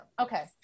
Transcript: okay